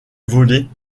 volés